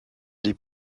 des